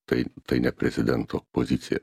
tai tai ne prezidento pozicija